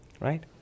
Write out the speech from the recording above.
right